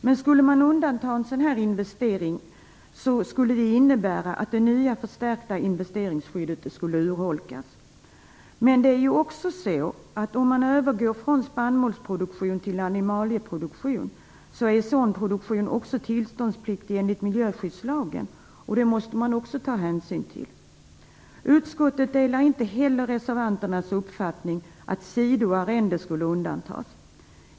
Men skulle man undanta en investering av det här slaget skulle det innebära att det nya förstärkta investeringsskyddet skulle urholkas. Men det är ju också så att om man övergår från spannmålsproduktion till animalieproduktion, är sådan produktion också tillståndspliktig enligt miljöskyddslagen. Det måste man också ta hänsyn till. Utskottet delar inte heller reservanternas uppfattning att sidoarrenden skulle undantas.